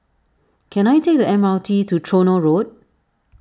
can I take the M R T to Tronoh Road